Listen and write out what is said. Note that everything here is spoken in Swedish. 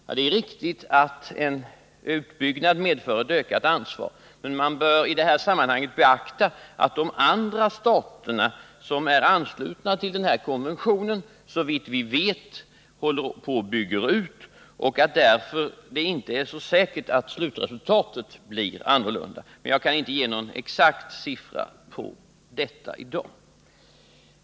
Ja, det är riktigt att en utbyggnad medför ett ökat ansvar, men man bör i det här sammanhanget beakta att övriga stater som är anslutna till den här konventionen såvitt vi vet håller på att bygga ut sin atomkraft och att det därför inte är så säkert att slutresultatet blir annorlunda. Jag kan i dag inte ange någon exakt siffra härvidlag.